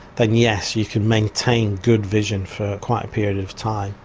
then yes you can maintain good vision for quite a period of time.